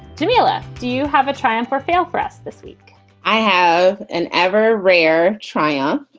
tomsula. do you have a triumph or fail for us? this week i have an ever rare triumph.